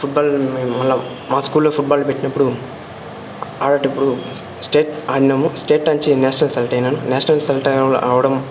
football మేము మళ్ళీ మా స్కూళ్లో ఫుడ్బాల్ పెట్టినప్పుడు ఆడేటప్పుడు స్టేట్ ఆడినాము స్టేట్ నుంచి నేషనల్ సెలక్ట్ అయినాను నేషనల్ సెలక్ట్ అవడం అవడం తో